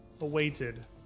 awaited